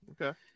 okay